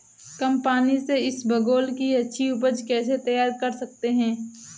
कम पानी से इसबगोल की अच्छी ऊपज कैसे तैयार कर सकते हैं?